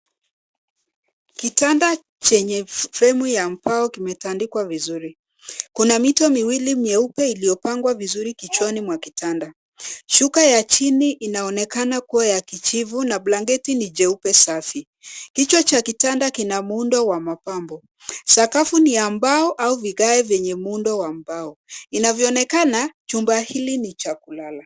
Kitanda chenye fremu ya mbao kimetandikwa vizuri. Kuna mito miwili mieupe iliyopangwa vizuri kichwani mwa kitanda. Shuka ya chini inaonekana kuwa ya kijivu na blanketi ni jeupe safi. Kichwa cha kitanda kina muundo wa mapambo. Sakafu ni ya mbao au vigae vyenye muundo wa mbao. Inavyoonekana, chumba hili ni cha kulala.